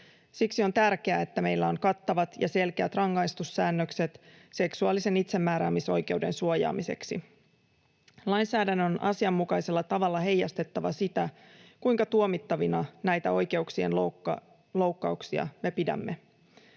Siksi on tärkeää, että meillä on kattavat ja selkeät rangaistussäännökset seksuaalisen itsemääräämisoikeuden suojaamiseksi. Lainsäädännön on asianmukaisella tavalla heijastettava sitä, kuinka tuomittavina näitä oikeuksien loukkauksia me pidämme.